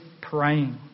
praying